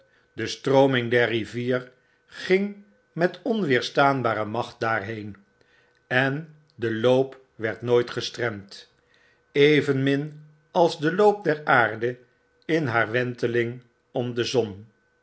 de strooming der rivier ging met onweerstaanbare macht daarheen en de loop werd nooit gestremd evenmin als de loop der aarde in haar wenteling om de zpn